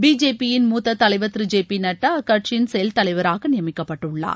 பிஜேபியின் மூத்த தலைவர் திரு ஜேபியி நட்டா அக்கட்சியின் செயல் தலைவராக நியமிக்கப்பட்டுள்ளார்